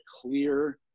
clear